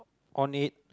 on it